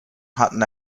hatten